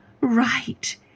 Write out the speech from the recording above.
Right